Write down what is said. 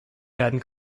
werden